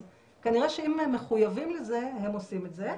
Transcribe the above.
כנראה שאם הם מחויבים לזה הם עושים את זה,